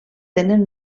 tenen